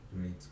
great